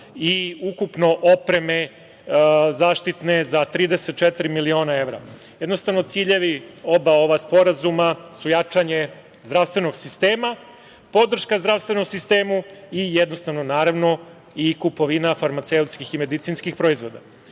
i ukupno opreme zaštitne za 34.000.000 evra. Jednostavno, ciljevi oba ova sporazuma su jačanje zdravstvenog sistema, podrška zdravstvenom sistemu i naravno kupovina farmaceutskih i medicinskih proizvoda.